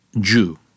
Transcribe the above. Jew